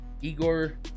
Igor